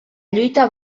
lluita